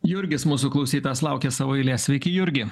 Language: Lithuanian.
jurgis mūsų klausytojas laukia savo eilės sveiki jurgi